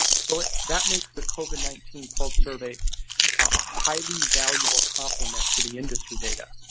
so that makes the covid nineteen pulse survey a highly valuable complement to the industry data.